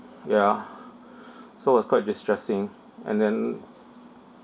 yeah so it's quite distressing and then